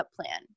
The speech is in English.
plan